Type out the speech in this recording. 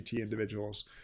individuals